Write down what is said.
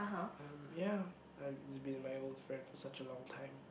um ya I it's been my old friend for such a long time